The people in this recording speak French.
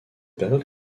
période